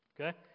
Okay